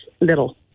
little